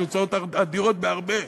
יש הוצאות אדירות בהרבה,